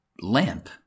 lamp